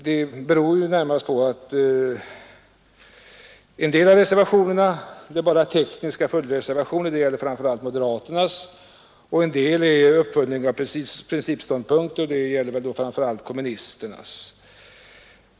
Det beror framför allt på att en del av reservationerna bara är tekniska följdreservationer det gäller särskilt moderaternas — och på att en del kan anses som uppföljning av principståndpunkter — det gäller speciellt kommunisternas.